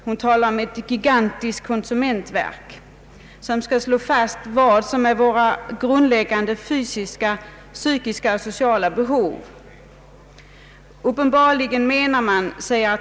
Hon talar om ett gigantiskt konsumentverk som, ”skall slå fast vad som är våra grundläggande fysiska, psykiska och sociala behov.” Hon fortsätter enligt artikeln: ”Uppenbarligen menar man att individernas Ang.